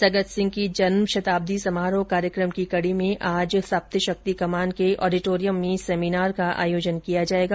सगत सिंह की जन्म शताब्दी समारोह कार्यक्रम की कड़ी में आज शप्तशक्ति कमान के ऑडिटोरियम में सेमीनार का आयोजन किया जाएगा